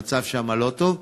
המצב שם לא טוב.